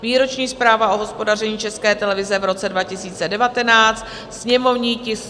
Výroční zpráva o hospodaření České televize v roce 2019 /sněmovní tisk 124/